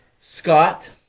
Scott